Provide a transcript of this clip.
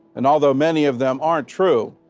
and although many of them aren't true,